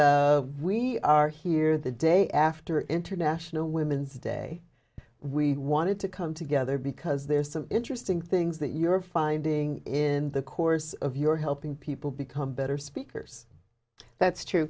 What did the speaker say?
and we are here the day after international women's day we wanted to come together because there's some interesting things that you're finding in the course of your helping people become better speakers that's true